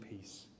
peace